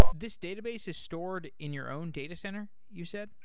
this database is stored in your own data center you said?